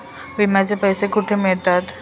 विम्याचे पैसे कुठे मिळतात?